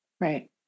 Right